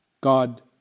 God